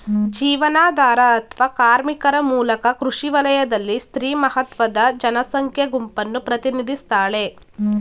ಜೀವನಾಧಾರ ಅತ್ವ ಕಾರ್ಮಿಕರ ಮೂಲಕ ಕೃಷಿ ವಲಯದಲ್ಲಿ ಸ್ತ್ರೀ ಮಹತ್ವದ ಜನಸಂಖ್ಯಾ ಗುಂಪನ್ನು ಪ್ರತಿನಿಧಿಸ್ತಾಳೆ